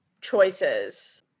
choices